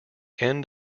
end